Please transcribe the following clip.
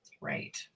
Right